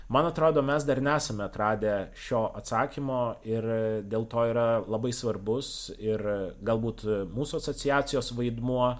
man atrodo mes dar nesame atradę šio atsakymo ir dėl to yra labai svarbus ir galbūt mūsų asociacijos vaidmuo